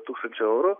tūkstančio eurų